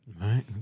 Right